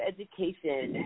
Education